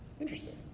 Interesting